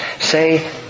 Say